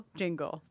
jingle